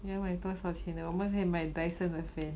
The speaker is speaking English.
你要买多少钱的我们可以买 Dyson 的 fan